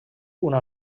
una